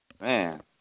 Man